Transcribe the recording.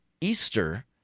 Easter